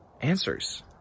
answers